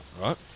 right